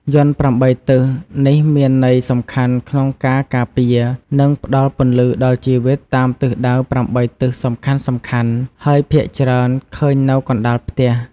យ័ន្ត ៨ ទិសនេះមានន័យសំខាន់ក្នុងការការពារ និងផ្ដល់ពន្លឺដល់ជីវិត តាមទិសដៅ ៨ ទិសសំខាន់ៗ ហើយភាគច្រើនឃើញនៅកណ្តាលផ្ទះ។